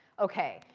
ok,